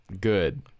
good